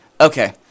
Okay